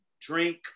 drink